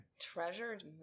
Treasured